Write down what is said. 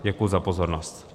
Děkuji za pozornost.